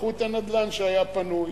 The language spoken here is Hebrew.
לקחו את הנדל"ן שהיה פנוי.